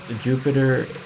Jupiter